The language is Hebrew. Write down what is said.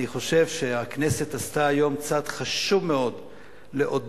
אני חושב שהכנסת עשתה היום צעד חשוב מאוד לעודד,